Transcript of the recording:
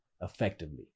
effectively